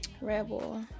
Rebel